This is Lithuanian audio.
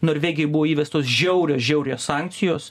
norvegijai buvo įvestos žiaurios žiaurios sankcijos